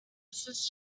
mrs